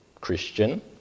Christian